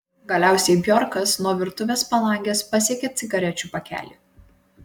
galiausiai bjorkas nuo virtuvės palangės pasiekė cigarečių pakelį